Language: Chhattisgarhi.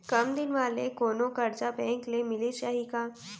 कम दिन वाले कोनो करजा बैंक ले मिलिस जाही का?